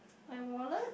my wallet